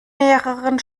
mehreren